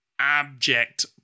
abject